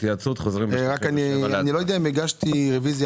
נצא להתייעצות.